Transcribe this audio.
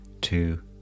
two